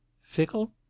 Fickle